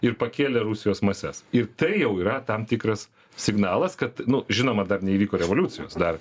ir pakėlė rusijos mases ir tai jau yra tam tikras signalas kad nu žinoma dar neįvyko revoliucijos dar